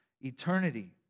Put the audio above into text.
eternity